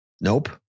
nope